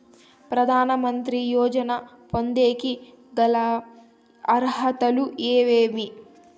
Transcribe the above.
ప్రధాన మంత్రి యోజన పొందేకి గల అర్హతలు ఏమేమి?